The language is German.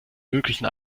möglichen